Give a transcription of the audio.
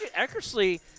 Eckersley